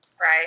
right